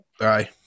Aye